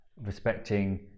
respecting